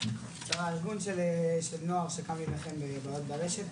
ארגון נוער שקם להילחם בבעיות ברשת,